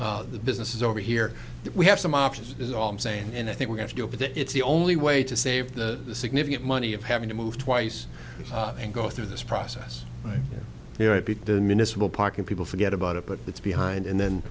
behind the businesses over here we have some options is all i'm saying and i think we're going to go over that it's the only way to save the significant money of having to move twice and go through this process right here at big then municipal park and people forget about it but it's behind and then